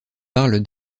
parle